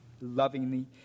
lovingly